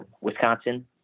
Wisconsin